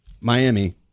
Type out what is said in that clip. miami